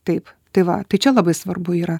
taip tai va tai čia labai svarbu yra